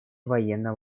военно